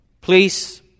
Please